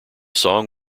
song